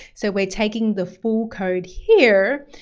so we're taking the full code here,